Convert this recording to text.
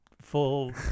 full